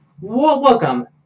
Welcome